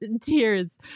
tears